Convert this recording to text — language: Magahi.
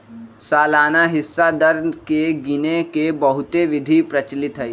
सालाना हिस्सा दर के गिने के बहुते विधि प्रचलित हइ